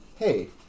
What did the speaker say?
hey